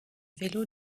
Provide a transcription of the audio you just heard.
vélos